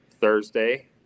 Thursday